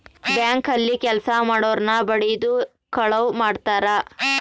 bank ಅಲ್ಲಿ ಕೆಲ್ಸ ಮಾಡೊರ್ನ ಬಡಿದು ಕಳುವ್ ಮಾಡ್ತಾರ